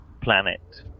planet